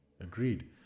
Agreed